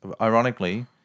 Ironically